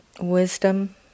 wisdom